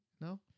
no